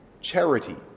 Charity